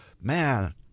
Man